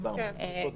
דיברנו על זה קודם.